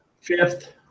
Fifth